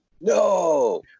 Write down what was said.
No